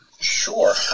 Sure